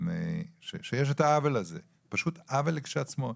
זה פשוט עוול לכשעצמו.